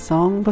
Song